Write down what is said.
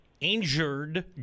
injured